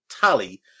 tally